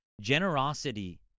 Generosity